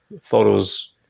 photos